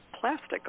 plastic